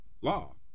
Law